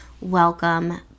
welcome